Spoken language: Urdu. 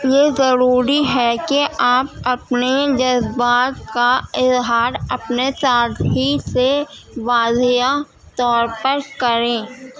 یہ ضروری ہے کہ آپ اپنے جذبات کا اظہار اپنے ساتھی سے واضحہ طور پر کریں